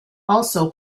also